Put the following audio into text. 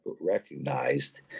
recognized